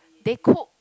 they cook